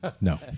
No